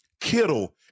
Kittle